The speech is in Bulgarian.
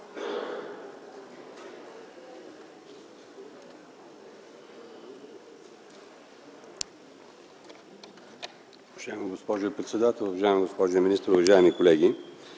Уважаема госпожо председател, уважаема госпожо министър, уважаеми колеги!